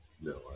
No